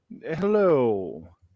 Hello